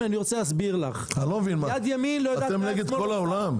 אני לא מבין מה, אתם נגד כל העולם.